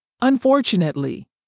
Unfortunately